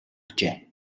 ажээ